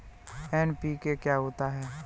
NPK क्या होता है?